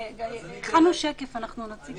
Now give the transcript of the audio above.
הכנו שקף, אנחנו נציג את זה.